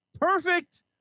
perfect